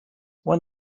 when